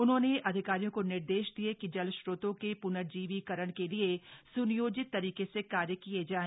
उन्होंने अधिकारियों को निर्देश दिये कि जल स्रोतों के प्नर्जीवीकरण के लिए स्नियोजित तरीके से कार्य किया जाए